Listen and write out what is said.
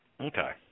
Okay